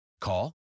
Call